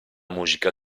musica